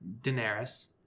Daenerys